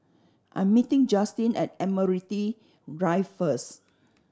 I am meeting Justine at Admiralty Drive first